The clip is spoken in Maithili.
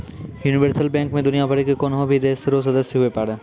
यूनिवर्सल बैंक मे दुनियाँ भरि के कोन्हो भी देश रो सदस्य हुवै पारै